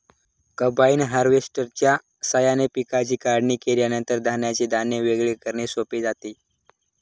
combine हार्वेस्टरच्या साहाय्याने पिकांची काढणी केल्यानंतर धान्याचे दाणे वेगळे करणे सोपे जाते